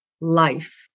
life